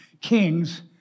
kings